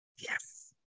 Yes